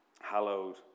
Hallowed